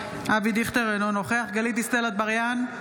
אינו נוכח גלית דיסטל אטבריאן,